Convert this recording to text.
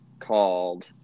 called